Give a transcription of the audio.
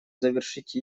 завершить